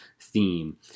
theme